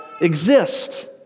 exist